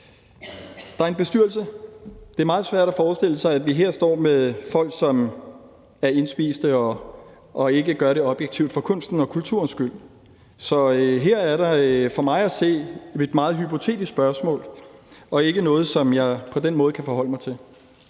Der er en bestyrelse. Det er meget svært at forestille sig, at vi her står med folk, som er indspiste og ikke gør det objektivt for kunsten og kulturens skyld. Så her er der for mig at se et meget hypotetisk spørgsmål og ikke noget, som jeg på den måde kan forholde mig til.